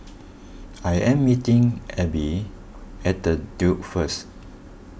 I am meeting Ebbie at the Duke first